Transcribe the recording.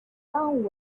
song